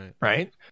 right